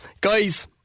guys